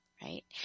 Right